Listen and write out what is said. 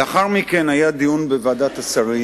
לאחר מכן היה דיון בוועדת השרים